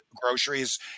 groceries